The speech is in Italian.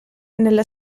nella